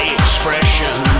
expression